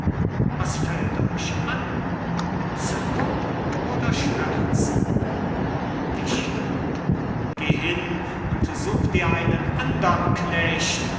was fällt euch an entzückung oder schmerzen dichter geh hin und such dir einen andern knecht